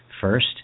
first